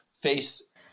face